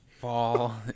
Fall